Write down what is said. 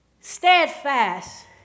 Steadfast